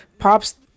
Pops